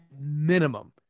minimum